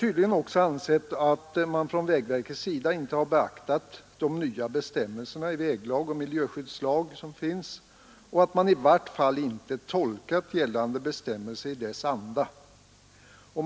Tydligen anser de protesterande också att vägverket inte har beaktat de nya bestämmelserna i väglagen och i miljöskyddslagen — eller i vart fall att man inte har tolkat bestämmelserna i deras rätta anda.